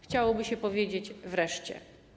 Chciałoby się powiedzieć - wreszcie.